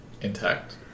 Intact